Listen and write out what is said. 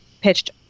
pitched